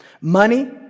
Money